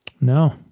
No